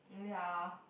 uh ya